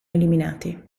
eliminati